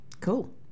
cool